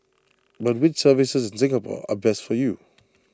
but which services in Singapore are best for you